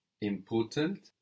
Important